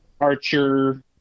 Archer